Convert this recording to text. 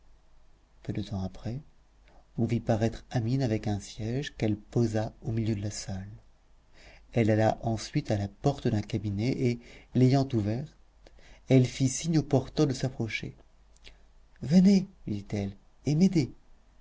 peu de temps après on vit paraître amine avec un siège qu'elle posa au milieu de la salle elle alla ensuite à la porte d'un cabinet et l'ayant ouverte elle fit signe au porteur de s'approcher venez lui dit-elle et m'aidez